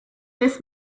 this